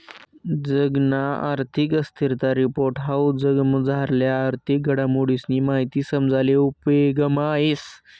जगना आर्थिक स्थिरता रिपोर्ट हाऊ जगमझारल्या आर्थिक घडामोडीसनी माहिती समजाले उपेगमा येस